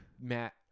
Matt